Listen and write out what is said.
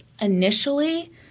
initially